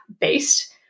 based